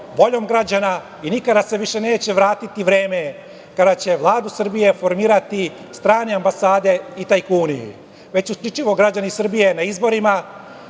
voljom građana i nikada se više neće vratiti vreme kada će Vladu Srbije formirati strane ambasade i tajkuni, već isključivo građani Srbije na izborima. Dugi